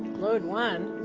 load one?